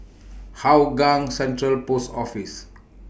Hougang Central Post Office